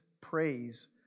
praise